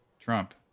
Trump